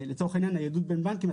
לצורך העניין ניידות בין בנקים,